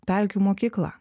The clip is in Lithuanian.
pelkių mokykla